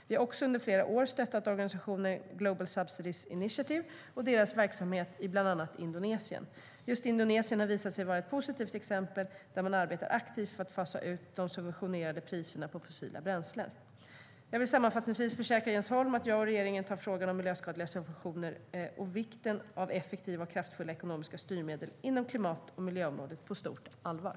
Vi har också under flera år stöttat organisationen Global Subsidies Initiative och deras verksamhet i bland annat Indonesien. Just Indonesien har visat sig vara ett positivt exempel där man arbetar aktivt för att fasa ut de subventionerade priserna på fossila bränslen.